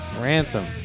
Ransom